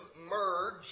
merge